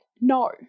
no